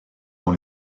dans